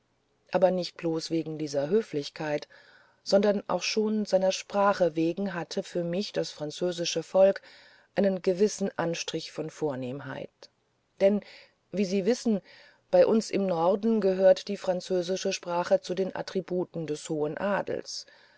aber nicht bloß wegen dieser höflichkeit sondern auch schon seiner sprache wegen hatte für mich das französische volk einen gewissen anstrich von vornehmheit denn wie sie wissen bei uns im norden gehört die französische sprache zu den attributen des hohen adels